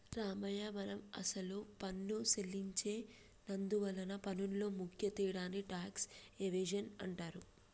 రామయ్య మనం అసలు పన్ను సెల్లించి నందువలన పన్నులో ముఖ్య తేడాని టాక్స్ ఎవేజన్ అంటారు